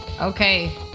Okay